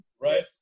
Right